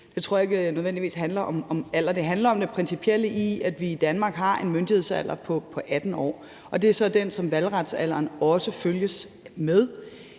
det handler om alder, men at det handler om det principielle i, at vi i Danmark har en myndighedsalder på 18 år, og det er så også den, som valgretsalderen følges med.